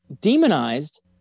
demonized